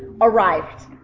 arrived